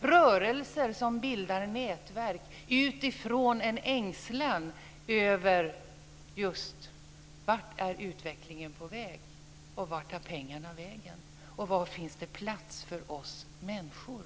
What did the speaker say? Det här är rörelser som bildar nätverk utifrån en ängslan över just detta: Vart är utvecklingen på väg? Vart tar pengarna vägen? Var finns det plats för oss människor?